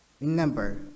Remember